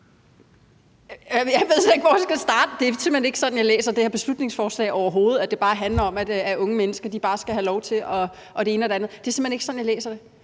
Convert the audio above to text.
Jeg ved slet ikke, hvor jeg skal starte. Det er simpelt hen ikke sådan, jeg læser det her beslutningsforslag, overhovedet: at det bare handler om, at unge mennesker bare skal have lov til det ene og det andet. Det er simpelt hen ikke sådan jeg læser det.